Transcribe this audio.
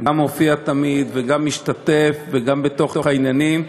גם מופיע תמיד וגם משתתף וגם בתוך העניינים.